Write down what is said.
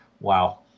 wow